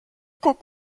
guck